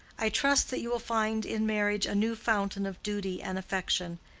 i trust that you will find in marriage a new fountain of duty and affection.